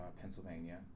Pennsylvania